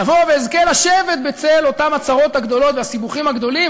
יבוא ואזכה לשבת בצל אותם הצרות הגדולות והסיבוכים הגדולים